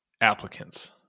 applicants